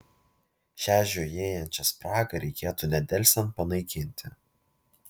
šią žiojėjančią spragą reikėtų nedelsiant panaikinti